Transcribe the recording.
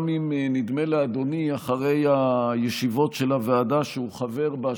גם אם נדמה לאדוני שאחרי הישיבות של הוועדה שהוא חבר בה,